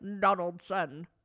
Donaldson